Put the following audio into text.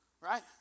right